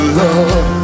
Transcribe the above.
love